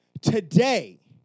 today